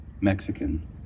Mexican